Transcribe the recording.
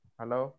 hello